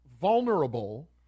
vulnerable